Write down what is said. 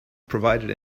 provided